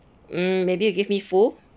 mm maybe you give me full